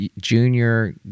junior